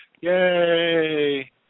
yay